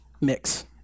Mix